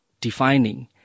defining